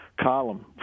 column